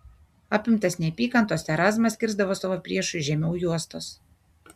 apimtas neapykantos erazmas kirsdavo savo priešui žemiau juostos